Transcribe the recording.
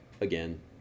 Again